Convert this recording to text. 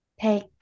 take